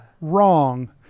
wrong